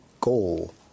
goal